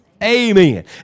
Amen